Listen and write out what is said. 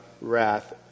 wrath